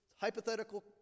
hypothetical